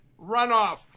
runoff